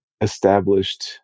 established